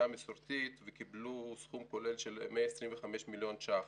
המסורתית וקיבלו סכום כולל של 125 מיליון ש"ח.